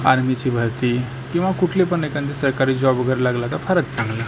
आर्मीची भरती किंवा कुठली पण एखादी सरकारी जॉब वगैरे लागला तर फारच चांगलं